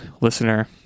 listener